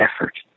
effort